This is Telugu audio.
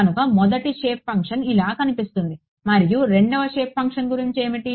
కనుక మొదటి షేప్ ఫంక్షన్ ఇలా కనిపిస్తుంది మరియు రెండవ షేప్ ఫంక్షన్ గురించి ఏమిటి